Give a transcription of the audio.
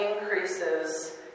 increases